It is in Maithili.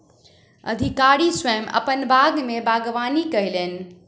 अधिकारी स्वयं अपन बाग में बागवानी कयलैन